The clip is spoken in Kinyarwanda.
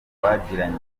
twagiranye